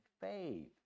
faith